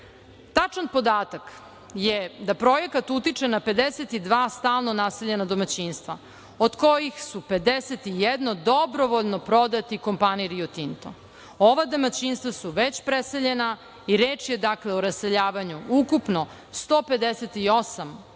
Tačan podatak je da projekat utiče na 52 stalno naseljena domaćinstva, od kojih su 51 dobrovoljno prodati kompaniji "Rio Tinto". Ova domaćinstva su već preseljena i reč je o raseljavanju ukupno 158 naseljenih